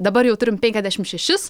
dabar jau turim penkiasdešimt šešis